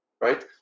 Right